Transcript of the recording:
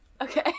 Okay